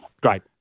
Great